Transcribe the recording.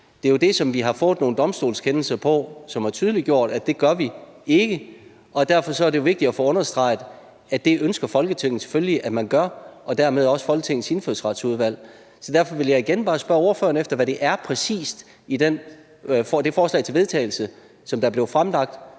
Det er jo det, som vi har fået nogle domstolskendelser på, som har tydeliggjort, at det gør vi ikke, og derfor er det vigtigt at få understreget, at det ønsker Folketinget og dermed også Folketingets Indfødsretsudvalg selvfølgelig at man gør. Så derfor vil jeg igen bare spørge ordføreren, hvad det præcis er i det forslag til vedtagelse, der blev fremsat,